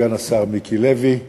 סגן השר מיקי לוי,